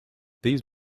these